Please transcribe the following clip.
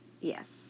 Yes